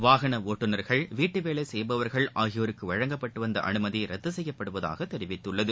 வாகன ஓட்டுநர்கள் வீட்டு வேலை செய்பவர்கள் ஆகியோருக்கு வழங்கப்பட்டு வந்த அனுமதி ரத்து செய்யப்படுவதாக தெரிவித்துள்ளது